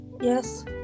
Yes